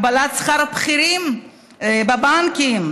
הגבלת שכר בכירים בבנקים,